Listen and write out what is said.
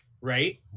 right